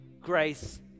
grace